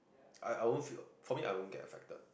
I I won't feel probably I won't get affected